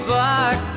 back